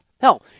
hell